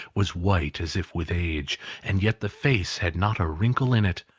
was white as if with age and yet the face had not a wrinkle in it,